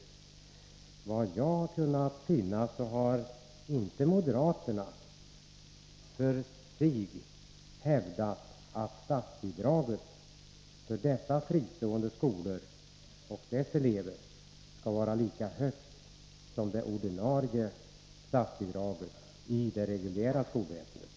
Såvitt jag kunnat finna har moderaterna inte hävdat att statsbidraget för dessa fristående skolor och deras elever skall vara lika stort som det ordinarie statsbidraget i det reguljära skolväsendet.